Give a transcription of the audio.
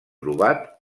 trobat